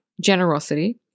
Generosity